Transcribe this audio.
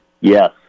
Yes